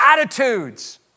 attitudes